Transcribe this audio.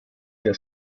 der